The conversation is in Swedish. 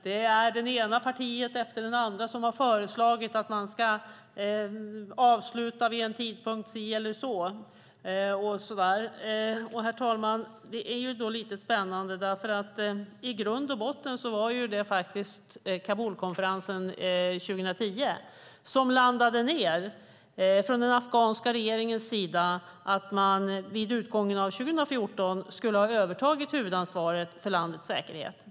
Det ena partiet efter det andra har föreslagit att man ska avsluta vid en tidpunkt si eller så. Det är lite spännande, för i grund och botten landade den afghanska regeringen vid Kabulkonferensen 2010 i att man vid utgången av 2014 skulle ha övertagit huvudansvaret för landets säkerhet.